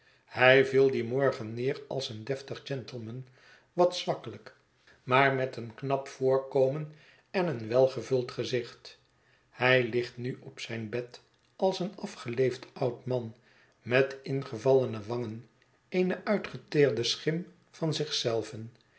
hij viel dien morgen neer als een deltig gentleman wat zwakkelijk maar met een knap i sir leicester dedlock heeft een toeval gekregen voorkomen en een welgevuld gezicht hij ligt nu op zijn bed als een afgeleefd oud man met ingevallene wangen eene uitgeteerde schim van zich zelven